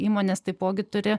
įmonės taipogi turi